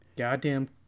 Goddamn